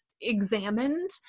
examined